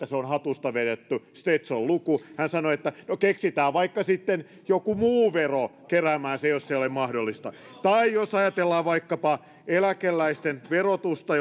se on hatusta vedetty stetsonluku hän sanoi että no keksitään sitten vaikka joku muu vero keräämään se jos se ei ole mahdollista tai jos ajatellaan vaikkapa eläkeläisten verotusta